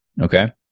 Okay